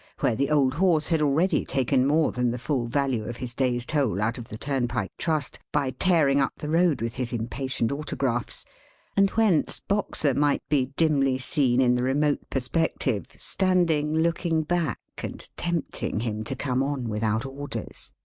where the old horse had already taken more than the full value of his day's toll out of the turnpike trust, by tearing up the road with his impatient autographs and whence boxer might be dimly seen in the remote perspective, standing looking back, and tempting him to come on without orders.